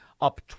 up